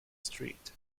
street